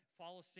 follow